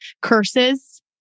curses